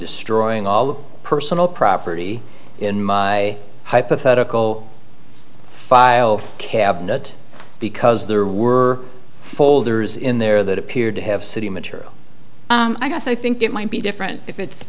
destroying all the personal property in my hypothetical file cabinet because there were folders in there that appeared to have city material i guess i think it might be different if it's